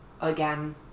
again